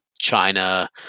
China